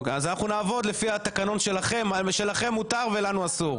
אז אנחנו נעבוד לפי התקנון שלכם כשלכם מותר ולנו אסור.